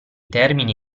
termini